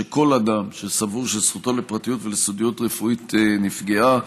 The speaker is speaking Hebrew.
שכל אדם שסבור שזכותו לפרטיות ולסודיות רפואית נפגעה,